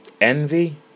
envy